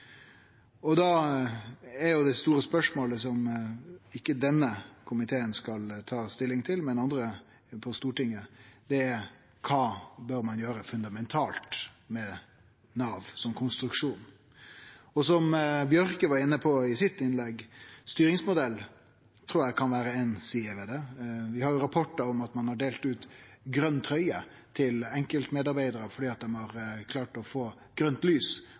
ut. Da er det store spørsmålet – som ikkje denne komiteen skal ta stilling til, men andre på Stortinget: Kva bør ein fundamentalt gjere med Nav som konstruksjon? Som Bjørke var inne på i innlegget sitt, trur eg styringsmodellen kan vere ei side ved det. Vi har rapportar om at ein har delt ut grøn trøye til enkeltmedarbeidarar fordi dei har klart å få grønt lys